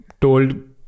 told